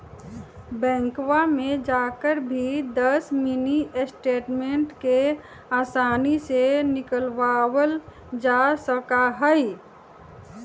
बैंकवा में जाकर भी दस मिनी स्टेटमेंट के आसानी से निकलवावल जा सका हई